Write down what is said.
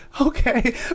okay